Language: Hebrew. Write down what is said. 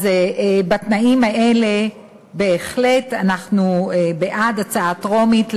אז בתנאים האלה בהחלט אנחנו בעד קבלת ההצעה בקריאה טרומית,